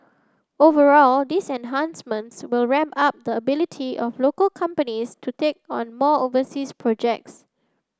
overall these enhancements will ramp up the ability of local companies to take on more overseas projects